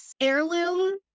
heirloom